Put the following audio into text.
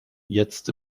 jetzt